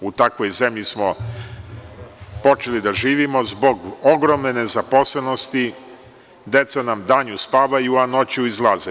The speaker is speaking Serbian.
U takvoj zemlji smo počeli da živimo zbog ogromne nezaposlenosti, deca nam danju spavaju, a noću izlaze.